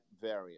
variant